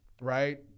Right